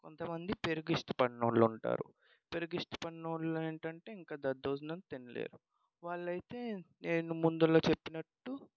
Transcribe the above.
కొంతమంది పెరుగు ఇష్టపడని వాళ్ళు ఉంటారు పెరిగు ఇష్టపడని వాళ్ళు ఏంటి అంటే ఇంక దద్దోజనం తినలేరు వాళ్ళు అయితే నేను ముందులో చెప్పినట్టు